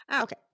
Okay